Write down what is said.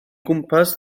gwmpas